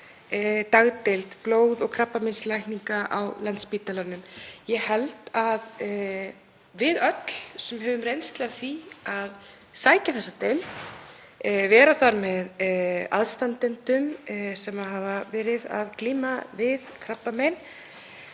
dagdeild blóð- og krabbameinslækninga á Landspítalanum. Ég held að við öll sem höfum reynslu af því að sækja þessa deild, vera þar með aðstandendum sem hafa verið að glíma við krabbamein,